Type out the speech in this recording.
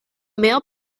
male